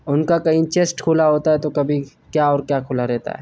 ان کا کہیں چیسٹ کھلا ہوتا ہے تو کبھی کیا اور کیا کھلا رہتا ہے